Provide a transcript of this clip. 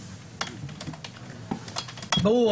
ברור.